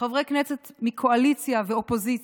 חברי כנסת מהקואליציה והאופוזיציה,